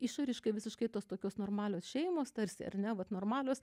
išoriškai visiškai tos tokios normalios šeimos tarsi ar ne vat normalios